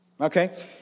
Okay